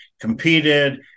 competed